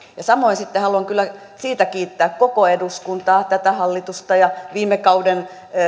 samoin sitten haluan kyllä kiittää koko eduskuntaa tätä hallitusta ja viime kauden